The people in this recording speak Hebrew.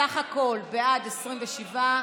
סך הכול בעד, 27,